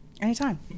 Anytime